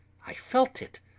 i felt it!